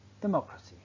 Democracy